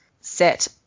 Set